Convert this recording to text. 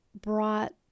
brought